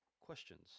questions